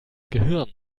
gehirn